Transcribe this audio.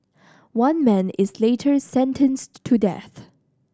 one man is later sentenced to death